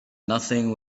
nothing